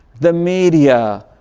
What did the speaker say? the media,